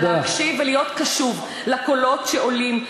להקשיב ולהיות קשוב לקולות שעולים,